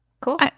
Cool